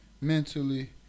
mentally